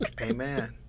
amen